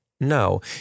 No